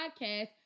podcast